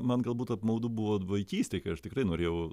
man galbūt apmaudu buvo vaikystėj kai aš tikrai norėjau